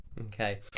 Okay